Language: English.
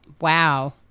Wow